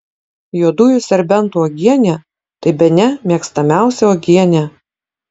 juodųjų serbentų uogienė tai bene mėgstamiausia uogienė